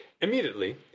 Immediately